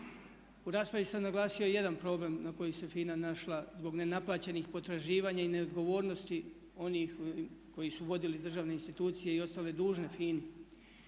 U raspravi se naglasio jedan problem na koji se FINA našla zbog nenaplaćenih potraživanja i neodgovornosti onih koji su vodili državne institucije i ostali dužni FINA-i.